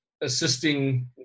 assisting